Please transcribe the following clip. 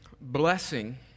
blessing